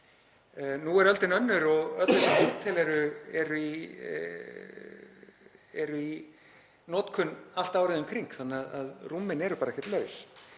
Nú er öldin önnur og öll þessi hótel eru í notkun allt árið um kring þannig að rúmin eru bara ekkert laus.